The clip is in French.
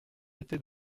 étais